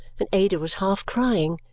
and ada was half crying.